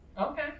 Okay